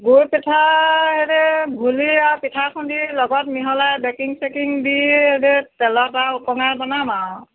গুৰ পিঠা সেইদৰে গুলি আৰু পিঠা খুন্দি লগত মিহলাই বেকিং চেকিং দি এইদৰে তেলত আৰু উপঙাই বনাম আৰু